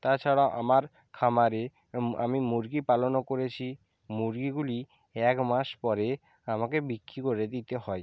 তাছাড়াও আমার খামারে আমি মুরগি পালনও করেছি মুরগিগুলি এক মাস পরে আমাকে বিক্রি করে দিতে হয়